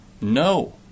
No